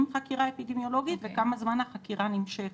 חקירה אפידמיולוגית וכמה זמן החקירה נמשכת.